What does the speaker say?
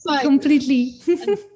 completely